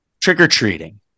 trick-or-treating